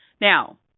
Now